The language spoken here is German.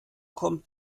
kommt